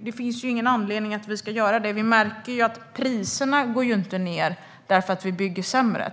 Det finns ingen anledning till det. Priserna går ju inte ned för att man bygger sämre.